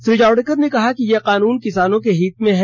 श्री जावड़ेकर ने कहा कि ये कानून किसानों के हित में है